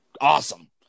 awesome